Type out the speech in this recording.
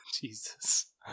Jesus